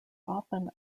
often